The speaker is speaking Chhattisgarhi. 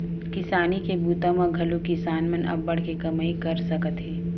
किसानी के बूता म घलोक किसान मन अब्बड़ के कमई कर सकत हे